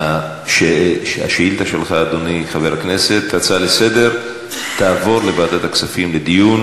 ההצעה לכלול את הנושא בסדר-היום של הכנסת נתקבלה.